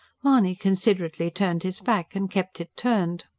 mahony considerately turned his back and kept it turned.